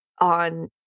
on